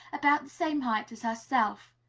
about the same height as herself.